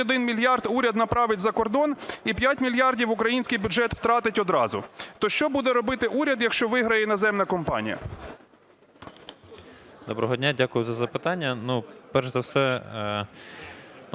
Доброго дня. Дякую за запитання. Перш за все